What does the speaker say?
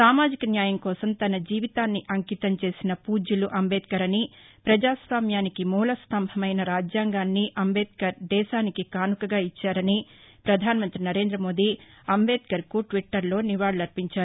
సామాజిక న్యాయం కోసం తన జీవితాన్ని అంకితం చేసిన పూజ్యులు అంబేద్కర్ అని ప్రజాస్వామ్యానికి మూల స్లంభమైన రాజ్యాంగాన్ని అంబేద్వర్ దేశానికి కానుకగా ఇచ్చారని ప్రధానమంత్రి నరేంద్రమోదీ అంబేద్కర్కు ట్విట్టర్లో నివాళులు అర్పించారు